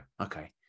okay